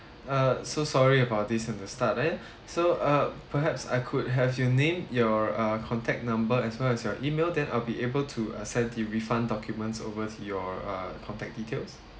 uh so sorry about this from the start eh so uh perhaps I could have your name your uh contact number as well as your email then I'll be able to uh send the refund documents over to your uh contact details